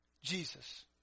Jesus